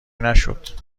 نشد